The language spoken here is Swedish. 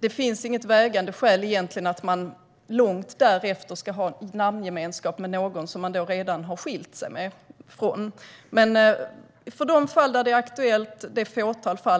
Det finns egentligen inget vägande skäl för att man långt därefter ska ha namngemenskap med någon man redan har skilt sig från. Det är i ett fåtal fall detta är aktuellt, men